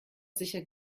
sicher